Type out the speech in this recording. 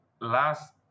last